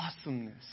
awesomeness